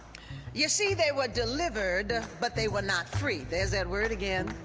you see, they were delivered but they were not free. there's that word again.